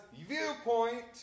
viewpoint